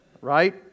Right